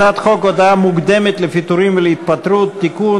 הצעת חוק הודעה מוקדמת לפיטורים ולהתפטרות (תיקון,